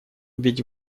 ведь